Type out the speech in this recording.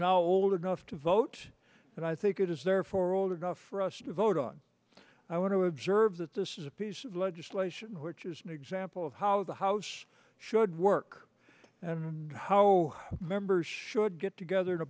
old enough to vote and i think it is therefore old enough for us to vote on i want to observe that this is a piece of legislation which is an example of how the house should work and how members should get together